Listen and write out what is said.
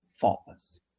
faultless